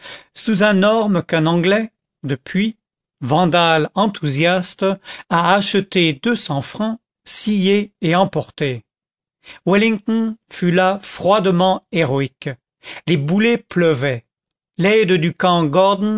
sous un orme qu'un anglais depuis vandale enthousiaste a acheté deux cents francs scié et emporté wellington fut là froidement héroïque les boulets pleuvaient l'aide de camp